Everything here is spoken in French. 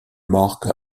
marque